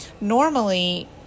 normally